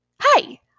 Hi